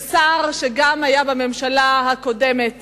זה שר שהיה גם בממשלה הקודמת